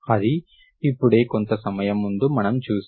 అది ఇప్పుడే కొంత సమయం ముందు మనం చూసాం